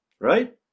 Right